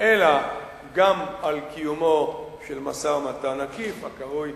אלא גם על קיומו של משא-ומתן עקיף, הקרוי